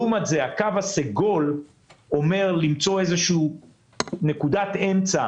לעומת זה הקו הסגול אומר למצוא איזו נקודת אמצע